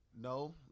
No